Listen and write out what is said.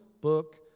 book